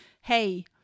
hey